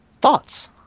Thoughts